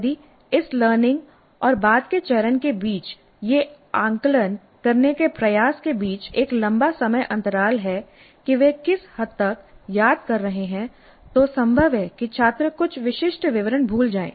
यदि इस लर्निंग और बाद के चरण के बीच यह आकलन करने के प्रयास के बीच एक लंबा समय अंतराल है कि वे किस हद तक याद कर रहे हैं तो संभव है कि छात्र कुछ विशिष्ट विवरण भूल जाएं